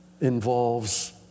involves